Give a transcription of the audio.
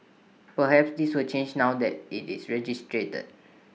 perhaps this will change now that IT is registered